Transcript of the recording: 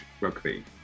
Rugby